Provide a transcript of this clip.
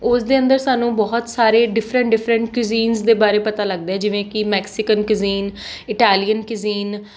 ਉਸ ਦੇ ਅੰਦਰ ਸਾਨੂੰ ਬਹੁਤ ਸਾਰੇ ਡਿਫਰੈਂਟ ਡਿਫਰੈਂਟ ਕੁਜ਼ੀਨਸ ਦੇ ਬਾਰੇ ਪਤਾ ਲੱਗਦਾ ਜਿਵੇਂ ਕਿ ਮੈਕਸੀਕਨ ਕੁਜ਼ੀਨ ਇਟੈਲੀਅਨ ਕੁਜ਼ੀਨ